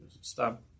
Stop